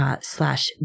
slash